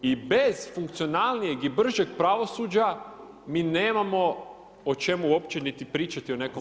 I bez funkcionalnijeg i bržeg pravosuđa mi nemamo o čemu uopće niti pričati o nekom